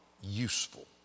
useful